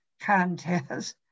contest